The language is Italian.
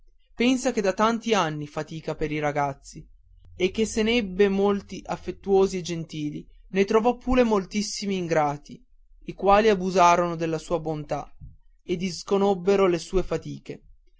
pensa che da tanti anni fatica per i ragazzi e che se n'ebbe molti affettuosi e gentili ne trovò pure moltissimi ingrati i quali abusarono della sua bontà e disconobbero le sue fatiche